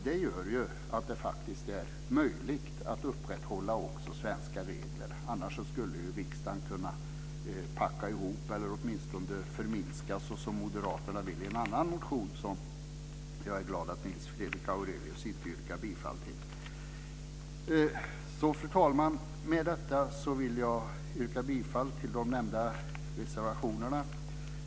Det gör att det faktiskt är möjligt att upprätthålla svenska regler, annars skulle riksdagen kunna packa ihop eller förminskas - som moderaterna vill i en annan motion, som jag är glad att Nils Fredrik Aurelius inte yrkar bifall till. Fru talman! Med detta vill jag yrka bifall till de nämnda reservationerna.